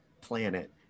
planet